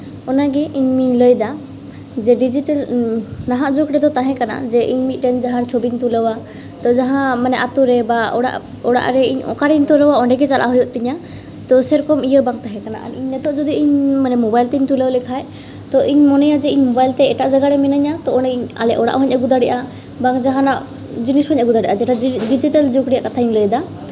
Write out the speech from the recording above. ᱚᱱᱟᱜᱮ ᱤᱧ ᱢᱟᱧ ᱞᱟᱹᱭᱮᱫᱟ ᱡᱮ ᱰᱤᱡᱤᱴᱟᱞ ᱱᱟᱦᱟᱜ ᱡᱩᱜᱽ ᱨᱮᱫᱚ ᱛᱟᱦᱮᱸ ᱠᱟᱱᱟ ᱡᱮ ᱤᱧ ᱢᱤᱫᱴᱟᱱ ᱡᱟᱦᱟᱸ ᱪᱷᱚᱵᱤᱧ ᱛᱩᱞᱟᱹᱣᱟ ᱛᱳ ᱡᱟᱦᱟᱸ ᱟᱛᱳ ᱨᱮ ᱵᱟ ᱚᱲᱟᱜ ᱚᱲᱟᱜ ᱨᱮ ᱤᱧ ᱚᱠᱟᱨᱮᱧ ᱠᱚᱨᱟᱣᱟ ᱚᱸᱰᱮ ᱜᱮ ᱪᱟᱞᱟᱜ ᱦᱩᱭᱩᱜ ᱛᱤᱧᱟᱹ ᱛᱚ ᱥᱮᱭᱨᱚᱠᱚᱢ ᱤᱭᱟᱹ ᱵᱟᱝ ᱛᱟᱦᱮᱸ ᱠᱟᱱᱟ ᱟᱨ ᱱᱤᱛᱚᱜ ᱡᱩᱫᱤ ᱤᱧ ᱢᱳᱵᱟᱭᱤᱞ ᱛᱤᱧ ᱛᱩᱞᱟᱹᱣ ᱞᱮᱠᱷᱟᱡ ᱛᱚ ᱤᱧ ᱢᱚᱱᱮᱭᱟ ᱡᱮ ᱤᱧ ᱢᱳᱵᱟᱭᱤᱞ ᱛᱮ ᱮᱴᱟᱜ ᱡᱟᱭᱜᱟ ᱨᱮ ᱢᱤᱱᱟᱹᱧᱟ ᱛᱚ ᱚᱸᱰᱮ ᱟᱞᱮ ᱚᱲᱟᱜ ᱦᱚᱸᱧ ᱟᱹᱜᱩ ᱫᱟᱲᱮᱭᱟᱜᱼᱟ ᱵᱟᱝ ᱡᱟᱦᱟᱱᱟᱜ ᱡᱤᱱᱤᱥ ᱠᱚᱧ ᱟᱹᱜᱩ ᱫᱟᱲᱮᱭᱟᱜᱼᱟ ᱡᱮᱴᱟ ᱰᱤᱡᱤᱴᱟᱞ ᱡᱩᱜᱽ ᱨᱮᱭᱟᱜ ᱠᱟᱛᱷᱟᱧ ᱞᱟᱹᱭᱮᱫᱟ